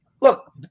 look